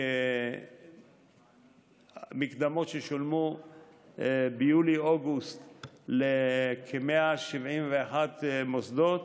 במקדמות ששולמו ביולי-אוגוסט לכ-171 מוסדות,